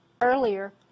earlier